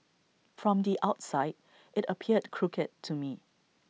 from the outside IT appeared crooked to me